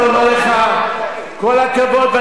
כל הכבוד, ואני רוצה להודות לך, בוז'י.